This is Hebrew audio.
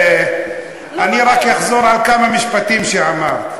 אני רק אחזור על כמה משפטים שאמרת.